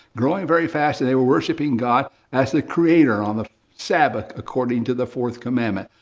growing very fast and they were worshiping god as the creator on the sabbath, according to the fourth commandment.